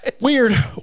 Weird